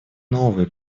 новые